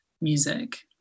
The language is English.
music